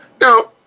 Now